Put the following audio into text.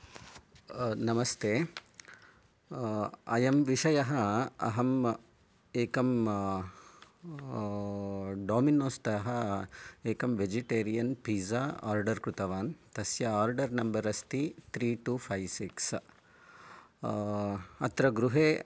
नमस्ते अयं विषयः अहं एकं डोमिनोज़् तः एकं वेजिटेरियन् पीज़्ज़ा आर्डर् कृतवान् तस्य आर्डर् नंबर् अस्ति त्रि टु फैव् सिक्स् अत्र गृहे